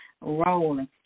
rolling